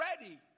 ready